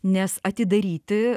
nes atidaryti